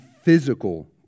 physical